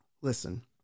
Listen